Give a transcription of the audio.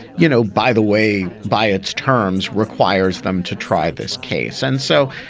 you know, by the way, by its terms requires them to try this case. and so,